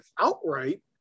outright